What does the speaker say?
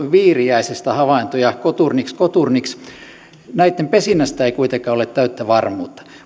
viiriäisistä coturnix coturnix havaintoja näitten pesinnästä ei kuitenkaan ole täyttä varmuutta